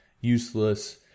useless